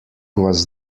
was